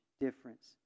difference